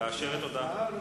לאשר את ההודעה,